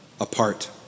apart